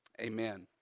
amen